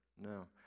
No